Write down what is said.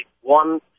one